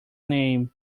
name